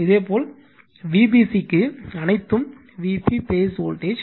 இதேபோல் Vbc க்கு அனைத்தும் Vp பேஸ் வோல்டேஜ்